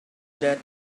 that